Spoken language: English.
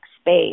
space